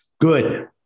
Good